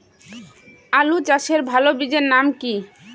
আলু চাষের ভালো বীজের নাম কি?